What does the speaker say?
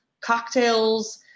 cocktails